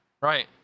Right